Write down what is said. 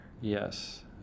Yes